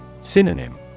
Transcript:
Synonym